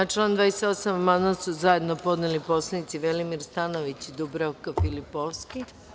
Na član 28. amandman su zajedno podneli poslanici Velimir Stanojević i Dubravka Filipovski.